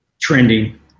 trending